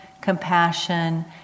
compassion